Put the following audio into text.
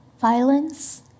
violence